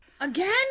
again